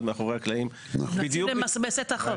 מאחורי הקלעים -- מנסים למסמס את החוק.